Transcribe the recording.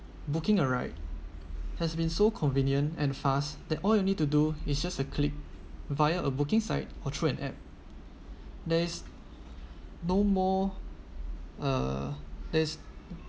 booking a ride has been so convenient and fast that all you need to do is just a click via a booking site or through an app there is no more uh that's